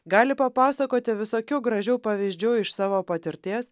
gali papasakoti visokių gražių pavyzdžių iš savo patirties